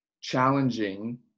challenging